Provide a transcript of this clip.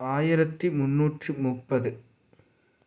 ஆயிரத்தி முந்நூற்று முப்பது